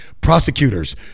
prosecutors